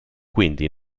quindi